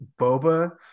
Boba